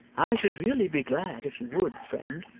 i should really be glad if you would, friend